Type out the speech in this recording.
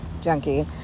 junkie